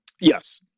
Yes